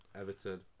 Everton